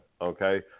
okay